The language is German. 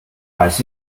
weiß